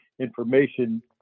information